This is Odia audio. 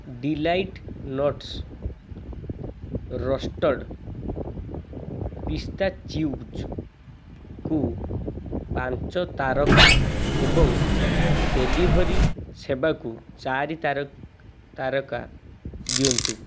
ଡିଲାଇଟ୍ ନଟ୍ସ ରୋଷ୍ଟେଡ଼୍ ପିସ୍ତାଚିଓଜ୍କୁ ପାଞ୍ଚ ତାରକା ଏବଂ ଡେଲିଭରି ସେବାକୁ ଚାରି ତାରକା ଦିଅନ୍ତୁ